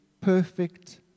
perfect